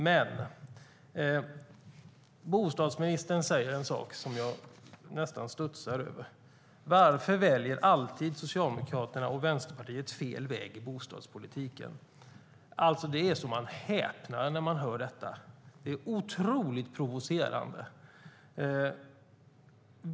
Jag studsade till när bostadsministern sade: Varför väljer Socialdemokraterna och Vänsterpartiet alltid fel väg i bostadspolitiken? Man häpnar när man hör det. Det är otroligt provocerande.